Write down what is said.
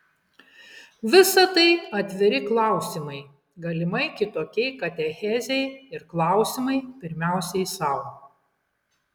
visa tai atviri klausimai galimai kitokiai katechezei ir klausimai pirmiausia sau